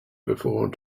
before